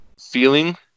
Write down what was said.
feeling